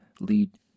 lead